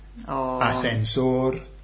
Ascensor